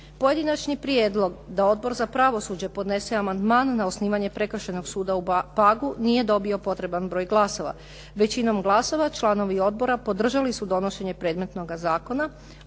Pojedinačni prijedlog da Odbor za pravosuđe podnese amandman na osnivanje Prekršajnog suda u Pagu nije dobio potreban broj glasova. Većinom glasova članovi odbora podržali su donošenje predmetnoga zakona